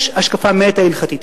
יש השקפה מטא-הלכתית,